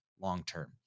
long-term